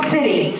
City